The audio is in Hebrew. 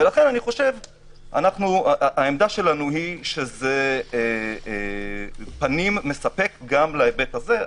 לכן עמדתנו היא שזה מספק גם להיבט הזה.